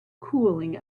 cooling